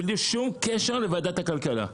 שום קשר לוועדת הכלכלה.